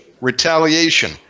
retaliation